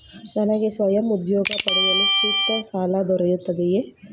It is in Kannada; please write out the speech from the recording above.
ನನಗೆ ಸ್ವಯಂ ಉದ್ಯೋಗ ಮಾಡಲು ಸೂಕ್ತ ಸಾಲ ದೊರೆಯುತ್ತದೆಯೇ?